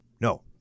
No